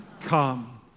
come